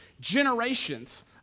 generations